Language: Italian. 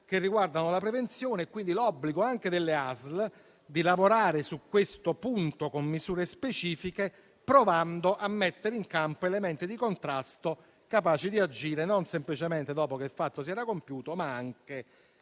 norme riguardanti la prevenzione e quindi l'obbligo anche delle ASL di lavorare su questo punto con misure specifiche, provando a mettere in campo elementi di contrasto capaci di agire non semplicemente dopo che il fatto si era compiuto, ma anche